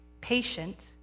patient